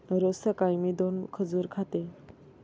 रोज सकाळी मी दोन खजूर खाते